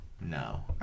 no